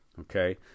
Okay